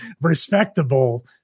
respectable